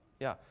yeah.